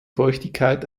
feuchtigkeit